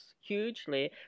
hugely